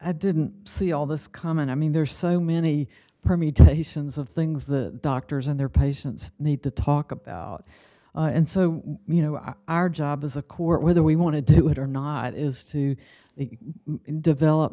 i didn't see all this common i mean there's so many permutations of things the doctors and their patients need to talk about and so you know our job as a court whether we want to do it or not is to develop